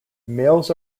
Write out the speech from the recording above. males